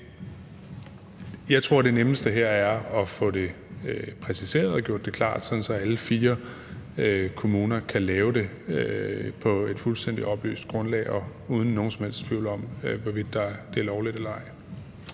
Jeg tror, det nemmeste her er at få det præciseret og gjort det klart, sådan at alle fire kommuner kan lave det på et fuldstændig oplyst grundlag og uden nogen som helst tvivl om, hvorvidt det er lovligt eller ej.